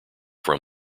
from